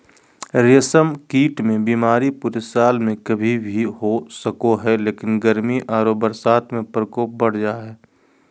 रेशम कीट मे बीमारी पूरे साल में कभी भी हो सको हई, लेकिन गर्मी आरो बरसात में प्रकोप बढ़ जा हई